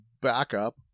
backup